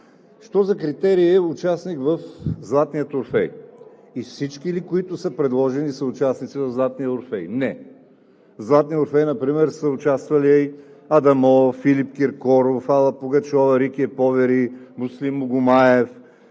Що за критерий е участник в „Златният Орфей“? И всички ли, които са предложени, са участници в „Златният Орфей“? Не! В „Златният Орфей“ например са участвали Адамо, Филип Киркоров, Алла Пугачова, „Рики е повери“, Муслим Магомаев,